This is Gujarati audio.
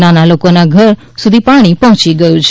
નાના લોકોના ઘર સુધી પાણી પહોયી ગયુ છે